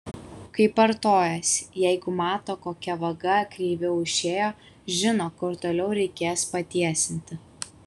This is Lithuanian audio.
kaip artojas jeigu mato kokia vaga kreiviau išėjo žino kur toliau reikės patiesinti